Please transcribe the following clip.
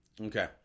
Okay